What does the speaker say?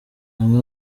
amwe